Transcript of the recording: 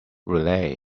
roulette